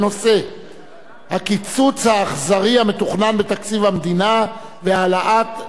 הקיצוץ האכזרי המתוכנן בתקציב המדינה והעלאת מס ערך מוסף.